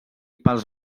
pels